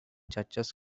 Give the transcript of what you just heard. churches